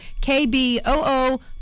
KBOO